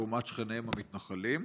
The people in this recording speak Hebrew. לעומת שכניהם המתנחלים?